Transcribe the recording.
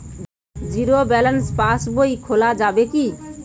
Zero balance pass বই খোলা যাবে কি?